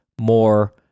more